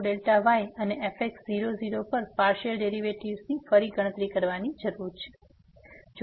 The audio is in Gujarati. તેથી આપણે અહીં fx0y અને fx00 પર આ પાર્સીઅલ ડેરીવેટીવની ફરી ગણતરી કરવાની જરૂર છે